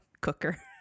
cooker